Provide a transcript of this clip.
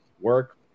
work